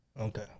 Okay